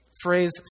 phrase